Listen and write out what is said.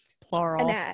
Plural